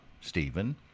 Stephen